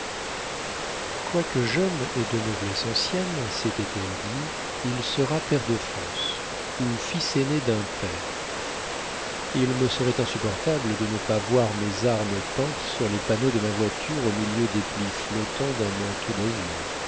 quoique jeune et de noblesse ancienne s'était-elle dit il sera pair de france ou fils aîné d'un pair il me serait insupportable de ne pas voir mes armes peintes sur les panneaux de ma voiture au milieu des plis flottants d'un manteau d'azur